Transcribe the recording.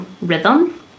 rhythm